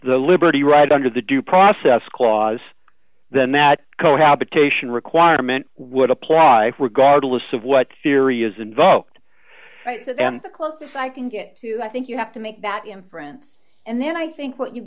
the liberty right under the due process clause then that cohabitation requirement would apply regardless of what theory is invoked and the closest i can get to i think you have to make that inference and then i think what you